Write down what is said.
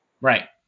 Right